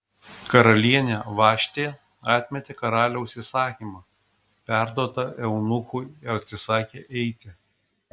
karalienė vaštė atmetė karaliaus įsakymą perduotą eunuchų ir atsisakė eiti